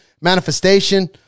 manifestation